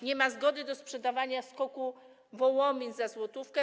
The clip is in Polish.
Nie ma zgody na sprzedawanie SKOK-u Wołomin na złotówkę.